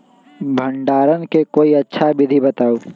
भंडारण के कोई अच्छा विधि बताउ?